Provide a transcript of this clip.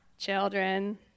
children